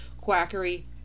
quackery